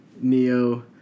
Neo